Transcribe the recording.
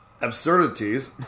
absurdities